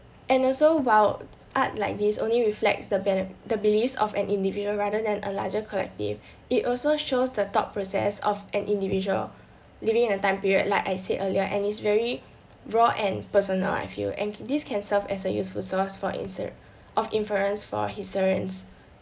and also while art like this only reflects the bene~ the beliefs of an individual rather than a larger collective it also shows the thought process of an individual living in a time period like I said earlier and is very raw and personal I feel and these can serve as a useful source for answer of inference for historians